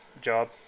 job